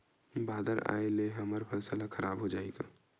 बादर आय ले हमर फसल ह खराब हो जाहि का?